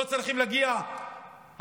לא צריכים להגיע התעשיינים,